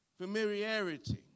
familiarity